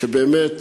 שבאמת